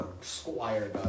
Squire